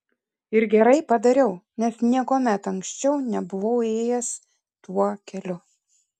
ir gerai padariau nes niekuomet anksčiau nebuvau ėjęs tuo keliu